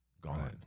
gone